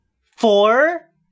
Four